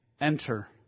enter